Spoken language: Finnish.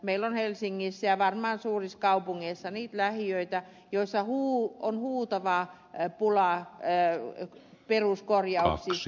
meillä on helsingissä ja varmaan suurissa kaupungeissa niitä lähiöitä joissa on huutava pula peruskorjauksista